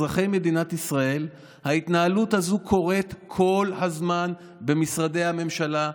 אזרחי מדינת ישראל: ההתנהלות הזו קורית כל הזמן במשרדי הממשלה,